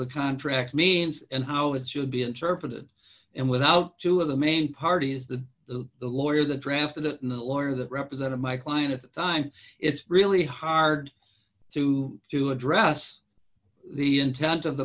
the contract means and how it should be interpreted and without two of the main parties the the the lawyer the draft of the in the lawyer that represented my client at the time it's really hard to to address the intent of the